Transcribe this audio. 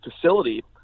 facility